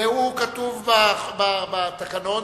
וכתוב בתקנון